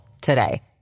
today